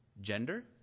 gender